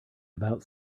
about